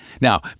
Now